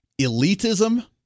elitism